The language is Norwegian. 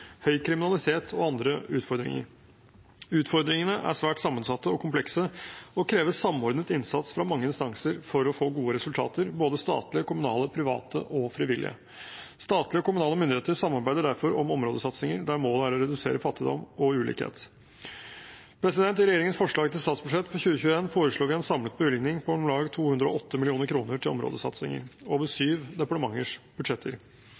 høy kriminalitet og andre utfordringer. Utfordringene er svært sammensatte og komplekse og krever samordnet innsats fra mange instanser for å få gode resultater – både statlige, kommunale, private og frivillige. Statlige og kommunale myndigheter samarbeider derfor om områdesatsinger der målet er å redusere fattigdom og ulikhet. I regjeringens forslag til statsbudsjett for 2021 foreslår vi en samlet bevilgning på om lag 208 mill. kr til områdesatsinger – over syv departementers budsjetter.